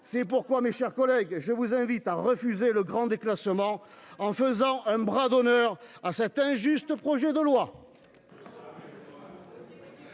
C'est pourquoi, mes chers collègues, je vous invite à refuser le grand déclassement, en faisant un bras d'honneur à cet injuste projet de loi.